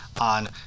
on